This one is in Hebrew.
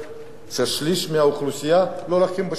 ששליש מהאוכלוסייה לא מביאים בחשבון.